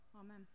Amen